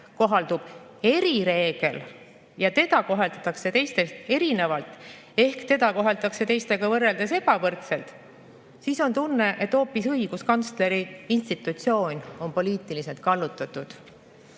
kohaldub erireegel ja teda koheldakse teistest erinevalt ehk teistega võrreldes ebavõrdselt, siis on tunne, et hoopis õiguskantsleri institutsioon on poliitiliselt kallutatud.